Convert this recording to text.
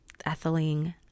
ethylene